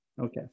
Okay